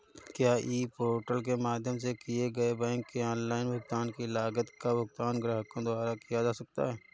क्या e portal के माध्यम से किए गए बैंक के ऑनलाइन भुगतान की लागत का भुगतान ग्राहकों द्वारा किया जाता है?